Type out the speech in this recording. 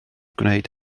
gwneud